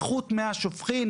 איכות מי השופכין,